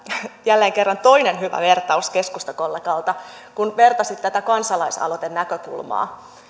jälleen kerran toinen hyvä vertaus keskustakollegalta kun vertasit tätä kansalaisaloitenäkökulmaan